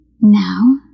now